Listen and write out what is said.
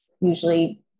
usually